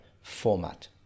format